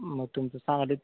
मग तुमचं सांगलीत